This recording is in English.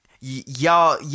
y'all